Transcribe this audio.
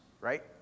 right